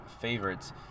favorites